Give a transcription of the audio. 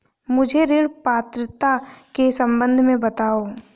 मुझे ऋण पात्रता के सम्बन्ध में बताओ?